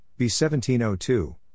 B1702